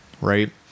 right